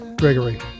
Gregory